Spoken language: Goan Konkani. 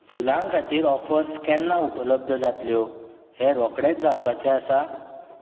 फुलां खातीर ऑफर्स केन्ना उपलब्ध जातल्यो हें रोखडेंच जावपाचें आसा